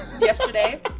yesterday